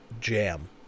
jam